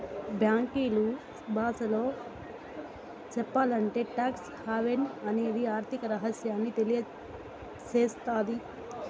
బ్యాంకీల బాసలో సెప్పాలంటే టాక్స్ హావెన్ అనేది ఆర్థిక రహస్యాన్ని తెలియసేత్తది